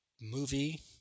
Movie